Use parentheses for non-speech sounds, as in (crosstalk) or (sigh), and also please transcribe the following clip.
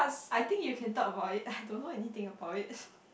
I think you can talk about it I don't know anything about it (laughs)